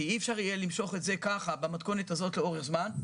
כי אי אפשר יהיה למשוך את זה במתכונת הזאת לאורך זמן.